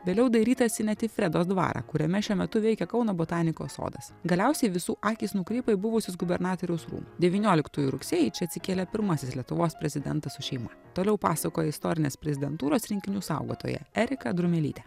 vėliau dairytasi net į fredos dvarą kuriame šiuo metu veikia kauno botanikos sodas galiausiai visų akys nukrypo į buvusius gubernatoriaus rūmų devynioliktųjų rugsėjį čia atsikėlė pirmasis lietuvos prezidentas su šeima toliau pasakoja istorinės prezidentūros rinkinių saugotoja erika drumelytė